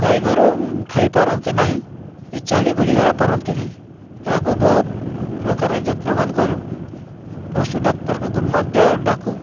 ଗାଈ ଗୋରୁ ଖାଇ ପାରନ୍ତି ନାହିଁ କି ଚାଲିବୁଲି ହେରା ପାରନ୍ତି ନାହିଁ ତାହାକୁ ବହୁତ ପ୍ରକାରେ ଯତ୍ନବାନ୍ କରୁ ପଶୁଡ଼ାକ୍ତରଙ୍କୁ ମଧ୍ୟ ଡ଼ାକୁ